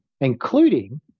including